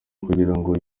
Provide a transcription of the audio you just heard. kugirango